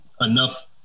enough